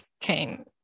came